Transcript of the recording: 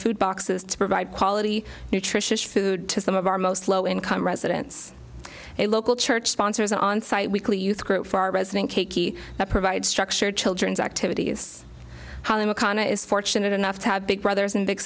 food boxes to provide quality nutritious food to some of our most low income residents a local church sponsors an onsite weekly youth group for our resident keiki that provides structure children's activities holly mcconnell is fortunate enough to have big brothers and big